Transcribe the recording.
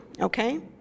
okay